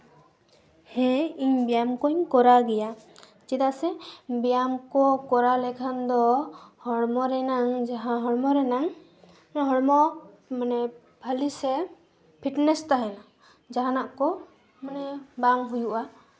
ᱦᱮᱸ ᱤᱧ ᱵᱮᱭᱟᱢ ᱠᱚᱧ ᱠᱚᱨᱟᱣ ᱜᱮᱭᱟ ᱪᱮᱫᱟᱜ ᱥᱮ ᱵᱮᱭᱟᱢ ᱠᱚ ᱠᱚᱨᱟᱣ ᱞᱮᱠᱷᱟᱱ ᱫᱚ ᱦᱚᱲᱢᱚ ᱨᱮᱱᱟᱝ ᱡᱟᱦᱟᱸ ᱦᱚᱲᱢᱚ ᱨᱮᱱᱟᱝ ᱦᱚᱲᱢᱚ ᱵᱷᱟᱹᱞᱤ ᱥᱮ ᱯᱷᱤᱴᱱᱮᱥ ᱛᱟᱦᱮᱱᱟ ᱡᱟᱦᱟᱱᱟᱜ ᱠᱚ ᱢᱟᱱᱮ ᱵᱟᱝ ᱦᱩᱭᱩᱜᱼᱟ